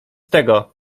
tego